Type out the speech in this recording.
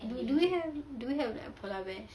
do do we have do we have like polar bears